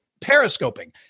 periscoping